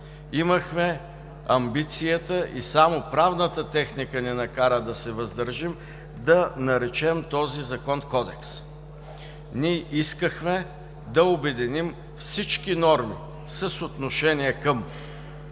имахме амбицията и само правната техника ни накара да се въздържим да наречем този Закон „Кодекс”. Ние искахме да обединим всички норми с отношение към